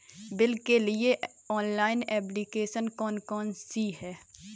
Bill के लिए online application कौन कौन सी हैं?